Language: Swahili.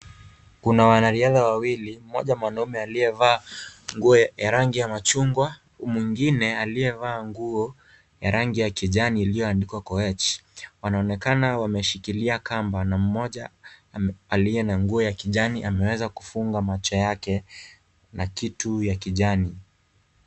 Kuna wana riadha wawili mmoja mwanamume aliyevaa nguo ya rangi ya machungwa mwingine aliye vaa nguo ya rangi ya kijani iliyo andikwa Koech. Wanaonekana wameshikilia kamba na mmoja aliye na nguo ya kijani ameweza kufunga macho yake na kitu ya kijani.